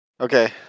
okay